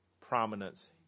prominence